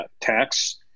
tax